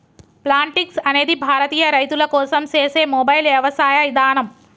Plantix అనేది భారతీయ రైతుల కోసం సేసే మొబైల్ యవసాయ ఇదానం